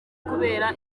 kubera